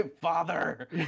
Father